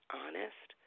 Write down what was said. honest